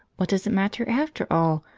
what does it matter, after all?